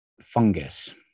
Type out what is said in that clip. fungus